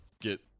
get